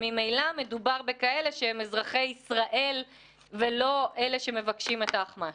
שממילא מדובר בכאלה שהם אזרחי ישראל ולא אלה שמבקשים את האחמ"ש?